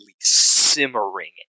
simmering